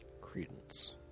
credence